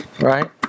Right